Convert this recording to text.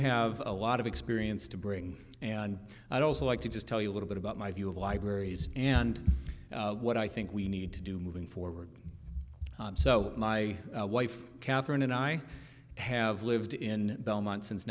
have a lot of experience to bring and i'd also like to just tell you a little bit about my view of libraries and what i think we need to do moving forward so my wife catherine and i have lived in belmont since